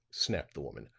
snapped the woman.